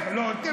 לא, תראה,